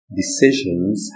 decisions